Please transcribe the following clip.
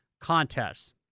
contests